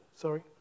Sorry